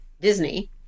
Disney